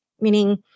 meaning